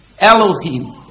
Elohim